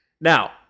Now